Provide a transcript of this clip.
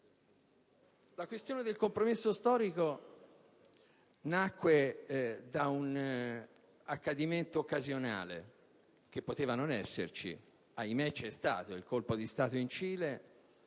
La questione del compromesso storico nacque da un accadimento occasionale che poteva non esserci, ma - ahimè! - ci fu, il colpo di Stato in Cile,